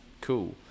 cool